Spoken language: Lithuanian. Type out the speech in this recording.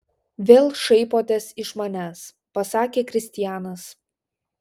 vėl šaipotės iš manęs pasakė kristianas